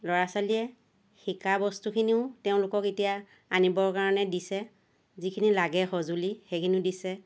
ল'ৰা ছোৱালীয়ে শিকা বস্তুখিনিও তেওঁলোকক এতিয়া আনিবৰ কাৰণে দিছে যিখিনি লাগে সজুলি সেইখিনিও দিছে